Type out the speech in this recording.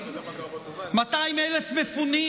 200,000 מפונים,